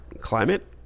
climate